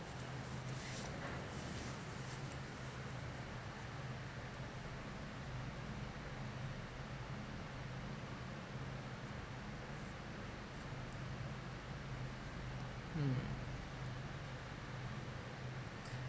mm